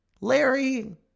Larry